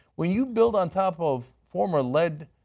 when you build on top of former lead